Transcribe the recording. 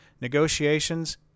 negotiations